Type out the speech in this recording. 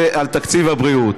תקציב הבריאות.